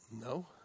no